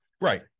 Right